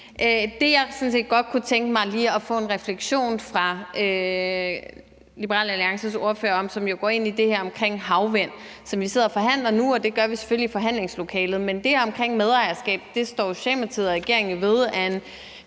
set godt kunne tænke mig lige at få en refleksion over fra Liberal Alliances ordfører – noget, som jo går ind i det her med havvind, som vi jo sidder og forhandler om nu, og det gør vi selvfølgelig i forhandlingslokalet – er det, der handler om medejerskab. Det med medejerskab